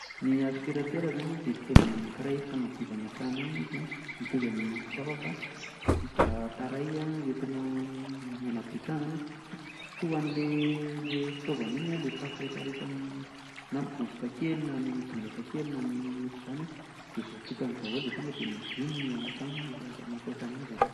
Ny aspiratera izany an dia fitaovana anakiray fanadiovana trano ihany izy an, mitovy amin'ny kofafa fa justa appareil hoentinao manadio trano izany an, trohan'ilay le fitaovana iny ilay fako rehetrarehetra na vovoka kely na bozaka kely na ny otran'izany an, dia voatrokany daholo dia tonga dia madio ny ao antrano rehefa mampiasa an'azy ianao